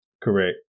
Correct